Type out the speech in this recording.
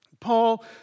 Paul